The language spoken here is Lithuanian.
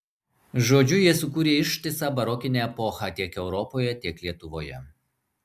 žodžiu jie sukūrė ištisą barokinę epochą tiek europoje tiek lietuvoje